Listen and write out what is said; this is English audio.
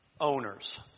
owners